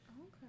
Okay